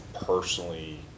personally